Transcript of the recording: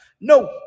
No